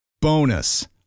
Bonus